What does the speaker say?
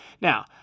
Now